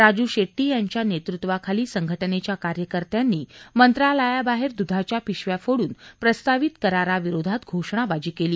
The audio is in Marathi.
राजु शेट्टी यांच्या नेतृत्वाखाली संघटनेच्या कार्यकर्त्यांनी मंत्रालयाबाहेर दुधाच्या पिशव्या फोइन प्रस्तावित कराराविरोधात घोषणाबाजी केली